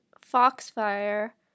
Foxfire